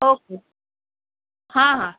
okay ہاں ہاں